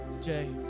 Jay